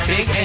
Big